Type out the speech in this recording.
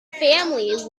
family